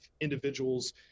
individuals